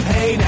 Hey